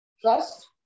trust